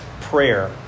prayer